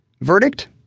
Verdict